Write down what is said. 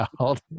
out